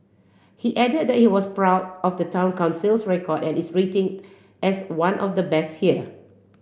he added that he was proud of the Town Council's record and its rating as one of the best here